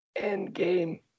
Endgame